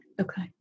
Okay